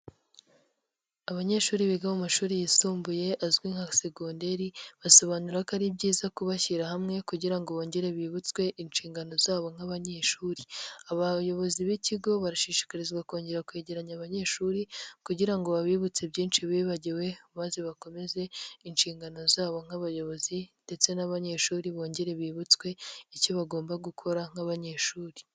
Abanyeshuri biga mu mashuri yisumbuye azwi nka segonderi, basobanura ko ari byiza kubashyira hamwe, kugira ngo bongere bibutswe inshingano zabo nk'abanyeshuri. Abayobozi b'ikigo barashishikarizwa kongera kwegeranya abanyeshuri, kugira ngo babibutse byinshi bibagiwe, maze bakomeze inshingano zabo nk'abayobozi, ndetse n'abanyeshuri bongere bibutswe, icyo bagomba gukora nk'abanyeshuri.